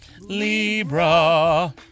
Libra